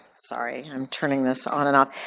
sorry. i'm turning this on and off.